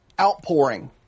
outpouring